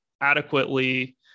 adequately